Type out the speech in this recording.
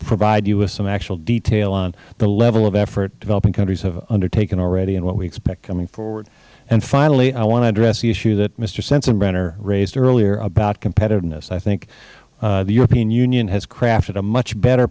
provide you with some actual detail on the level of effort developing countries have undertaken already and what we expect coming forward and finally i want to address the issue that mister sensenbrenner raised earlier about competitiveness i think the european union has crafted a much better